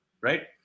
Right